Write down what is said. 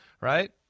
right